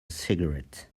cigarette